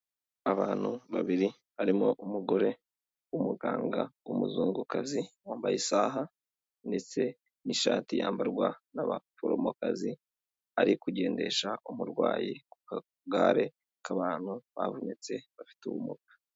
Abantu babiri barimo umugore w'umuganga w'umuzungukazi wambaye isaha ndetse n'ishati yambarwa n'abaforomokazi ari kugendesha umurwayi ku kagare k'abantu bavutse bafite ubumuga.